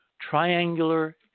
triangular